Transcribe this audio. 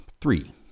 three